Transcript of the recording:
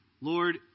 Lord